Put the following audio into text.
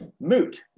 moot